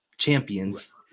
champions